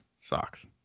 socks